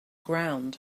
ground